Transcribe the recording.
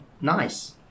nice